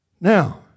Now